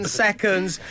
seconds